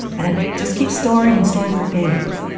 and it just keeps storing and storing for days.